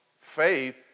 faith